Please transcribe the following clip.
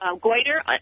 goiter